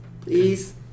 Please